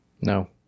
No